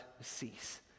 cease